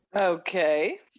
Okay